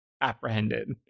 apprehended